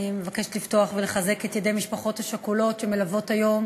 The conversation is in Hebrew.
אני מבקשת לפתוח ולחזק את ידי המשפחות השכולות שמלוות היום